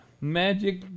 magic